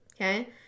okay